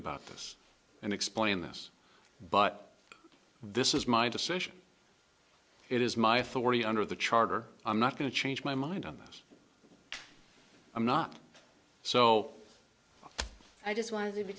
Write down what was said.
about this and explain this but this is my decision it is my authority under the charter i'm not going to change my mind on this i'm not so i just want to be